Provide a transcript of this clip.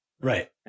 Right